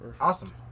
Awesome